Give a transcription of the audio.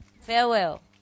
Farewell